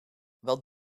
wel